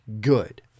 good